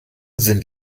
sind